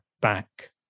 back